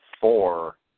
four